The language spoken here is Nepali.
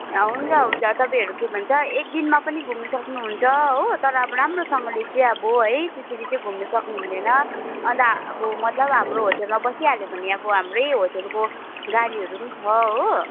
हुन्छ हुन्छ तपाईँहरू के भन्छ एक दिनमा पनि घुम्नु सक्नुहुन्छ हो तर अब राम्रोसँगले चाहिँ अब है त्यसरी चाहिँ घुम्नु सक्नुहुँदैन अन्त अब मतलब हाम्रो होटलमा बसिहाल्यो भने अब हाम्रै होटलको गाडीहरू पनि छ हो